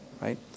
right